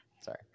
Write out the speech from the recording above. Sorry